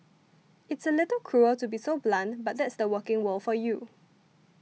it's a little cruel to be so blunt but that's the working world for you